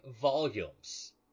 volumes